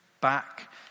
back